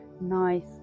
nice